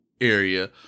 area